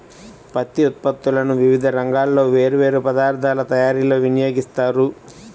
పత్తి ఉత్పత్తులను వివిధ రంగాల్లో వేర్వేరు పదార్ధాల తయారీలో వినియోగిస్తారు